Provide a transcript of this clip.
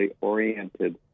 oriented